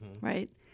right